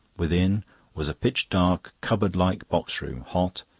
within was a pitch-dark cupboard-like boxroom, hot,